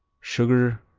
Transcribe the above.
sugar,